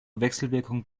wechselwirkung